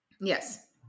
yes